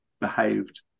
behaved